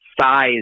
size